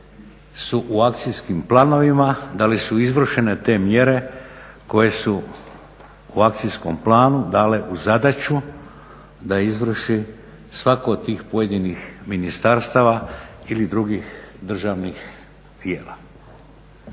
su u akcijskim planovima, da li su izvršene te mjere koje su u akcijskom planu dale u zadaću da izvrši svako od tih pojedinih ministarstava ili drugih državnih tijela.